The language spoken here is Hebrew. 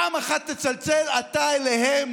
פעם אחת תצלצל אתה אליהם,